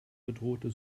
bedrohte